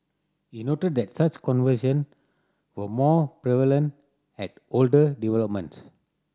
he noted that such conversion were more prevalent at older developments